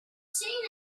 seen